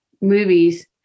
movies